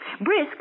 Brisk